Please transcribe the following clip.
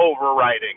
overriding